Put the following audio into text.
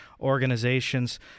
organizations